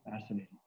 fascinating